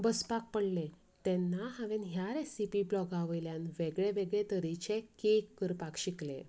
बसपाक पडलें तेन्ना हांवेन ह्या रॅसिपी ब्लाॅगावयल्यान वेगळे वेगळे तरेचे केक करपाक शिकलें